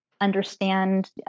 Understand